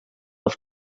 els